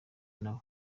nabo